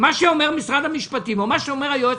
מה שאומר משרד המשפטים או מה שאומר היועץ